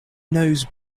knows